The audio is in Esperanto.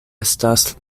estas